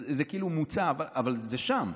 זה כאילו מוצע, אבל זה שם.